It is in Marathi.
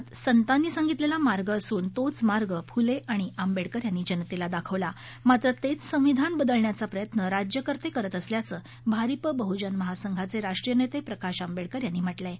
संविधानात संतांनी सांगितलेला मार्ग असून तोच मार्ग फूले आणि आंबेडकर यांनी जनतेला दाखवला मात्र तेच संविधान बदलण्याचा प्रयत्न राज्यकर्ते करत असल्याचं भारिप बहजन महासंघाचे राष्टीय नेते प्रकाश आंबेडकर यांनी म्हटलं आहे